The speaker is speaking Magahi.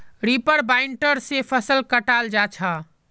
रीपर बाइंडर से फसल कटाल जा छ